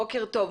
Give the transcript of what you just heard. בוקר טוב.